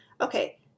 okay